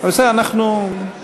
56 בעד, אין מתנגדים או נמנעים.